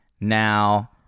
Now